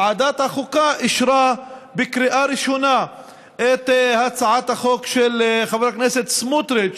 ועדת החוקה אישרה בקריאה ראשונה את הצעת החוק של חבר הכנסת סמוטריץ